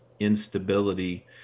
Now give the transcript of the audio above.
instability